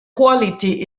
quality